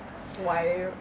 why